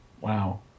Wow